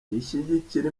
ishyigikira